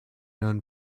known